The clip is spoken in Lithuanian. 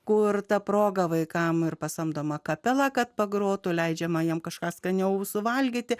kur ta proga vaikams ir pasamdoma kapela kad pagrotų leidžiama jam kažką skaniau suvalgyti